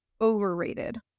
overrated